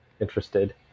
interested